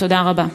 תודה רבה.